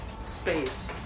space